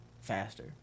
faster